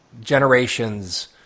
generations